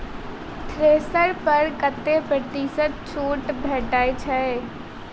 Thresher पर कतै प्रतिशत छूट भेटय छै?